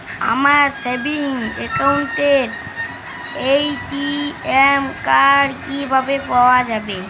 আমার সেভিংস অ্যাকাউন্টের ATM card কিভাবে পাওয়া যাবে?